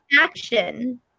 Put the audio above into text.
action